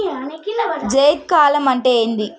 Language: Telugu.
జైద్ కాలం అంటే ఏంది?